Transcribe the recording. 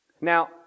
Now